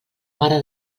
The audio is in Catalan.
mare